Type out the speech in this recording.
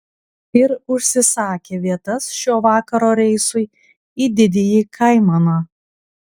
ir užsisakė vietas šio vakaro reisui į didįjį kaimaną